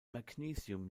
magnesium